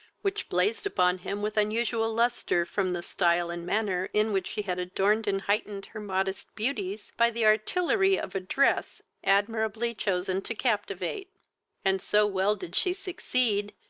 which blazed upon him with unusual lustre, from the stile and manner in which she had adorned and heightened her modest beauties by the artillery of a dress admirably chosen to captivate and so well did she succeed,